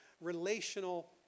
relational